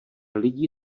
lidí